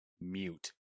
mute